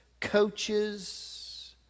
coaches